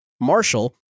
Marshall